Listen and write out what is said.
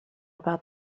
about